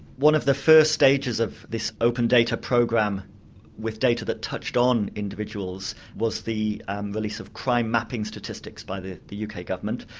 one of the first stages of this open data program with data that touched on individuals was the and release of crime mapping statistics by the the uk government.